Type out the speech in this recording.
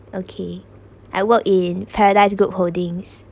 okay I work in Paradise Group Holdings